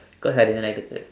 cause I didn't like the girl